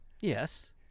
Yes